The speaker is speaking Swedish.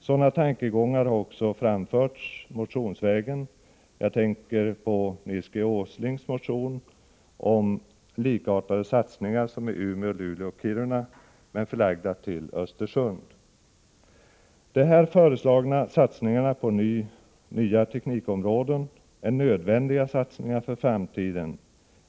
Sådana tankegångar har också framförts motionsvägen. Jag tänker på Nils G. Åslings motion om likartade satsningar som i Umeå, Luleå och Kiruna men förlagda till Östersund. De här föreslagna satsningarna på nya teknikområden är nödvändiga satsningar för framtiden.